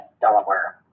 Delaware